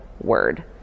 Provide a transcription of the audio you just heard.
word